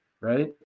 right